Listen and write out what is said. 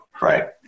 right